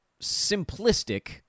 simplistic